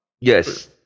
Yes